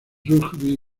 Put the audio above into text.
rugby